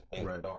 right